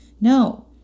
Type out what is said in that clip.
No